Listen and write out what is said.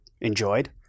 enjoyed